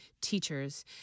teachers